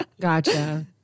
Gotcha